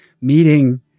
meeting